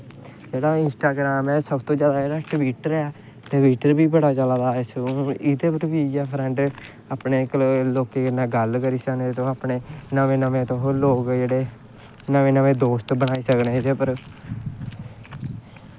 जेह्ड़ा इस्टाग्राम ऐ सब तो जैदा जेह्ड़ा टविट्टर ऐ टविट्टर बी बड़ा चला दा एह्दे पर बी फ्रैंड अपने लोकें कन्नै गल्ल करी सकने तुस अपनें नमें नमें तुस लोग जेह्ड़े नमें नमें दोस्त बनाई सकने एह्दे पर